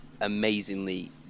amazingly